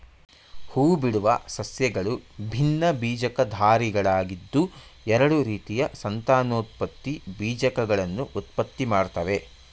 ಹೂಬಿಡುವ ಸಸ್ಯಗಳು ಭಿನ್ನಬೀಜಕಧಾರಿಗಳಾಗಿದ್ದು ಎರಡು ರೀತಿಯ ಸಂತಾನೋತ್ಪತ್ತಿ ಬೀಜಕಗಳನ್ನು ಉತ್ಪತ್ತಿಮಾಡ್ತವೆ